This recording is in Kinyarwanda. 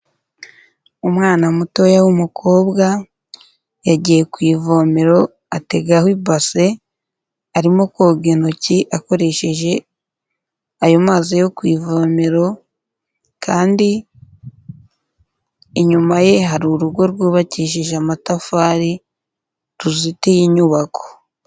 umwana mutoya wumukobwa yagiye ku ivomero ategaho ibase arimo koga intoki akoresheje ayo mazi yo ku ivomero kandi inyuma ye hari urugo rwubakishije amatafari ruzitiye inyubako.